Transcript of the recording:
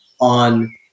on